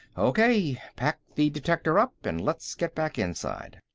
okay, pack the detector up and let's get back inside.